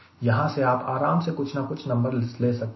यहां से आप आराम से कुछ नंबर्स ले सकते हैं